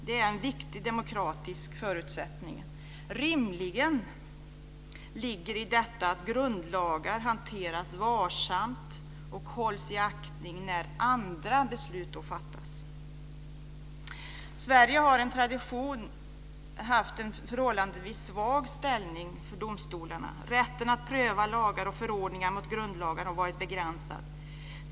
Det är en viktig demokratisk förutsättning. Rimligen ligger i detta att grundlagar hanteras varsamt och hålls i aktning när andra beslut fattas. I Sverige har vi av tradition haft en förhållandevis svag ställning för domstolarna. Rätten att pröva lagar och förordningar mot grundlagar har varit begränsad.